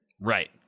Right